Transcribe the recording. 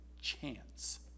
chance